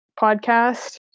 podcast